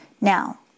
Now